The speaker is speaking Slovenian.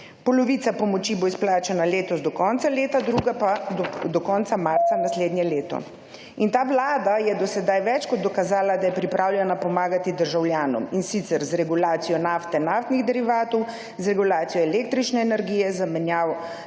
Polovica pomoči bo izplačana letos do konca leta druga pa do konca marca naslednje leto in ta Vlada je do sedaj več kot dokazala, da je pripravljena pomagati državljanom in sicer z regulacijo nafte, naftnih derivatov, z regulacijo električne energije, zamejeno